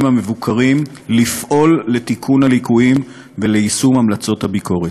המבוקרים לפעול לתיקון הליקויים וליישום המלצות הביקורת.